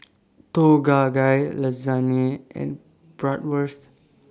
Tom Kha Gai Lasagne and Bratwurst